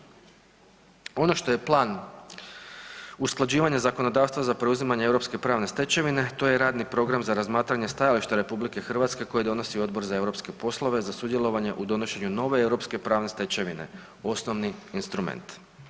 Ono što je plan usklađivanja zakonodavstva za preuzimanje europske pravne stečevine to je radni program za razmatranje stajališta RH koji donosi Odbor za europske poslove za sudjelovanje u donošenju nove europske pravne stečevine osnovni instrument.